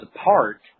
apart